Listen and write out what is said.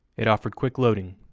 it offered quick loading,